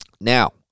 Now